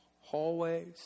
hallways